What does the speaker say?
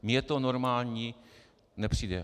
Mně to normální nepřijde.